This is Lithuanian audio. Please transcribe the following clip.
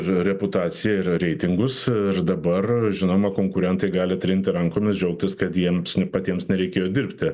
reputaciją ir reitingus ir dabar žinoma konkurentai gali trinti rankomis džiaugtis kad jiems patiems nereikėjo dirbti